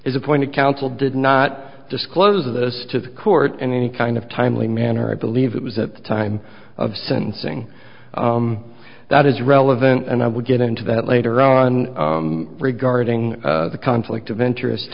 is appointed counsel did not disclose this to the court in any kind of timely manner i believe it was at the time of sentencing that is relevant and i would get into that later on regarding the conflict of interest